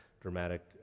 dramatic